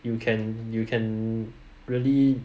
you can you can really